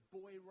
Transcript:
boy